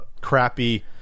crappy